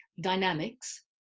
dynamics